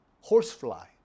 horsefly